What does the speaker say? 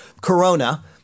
corona